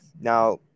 Now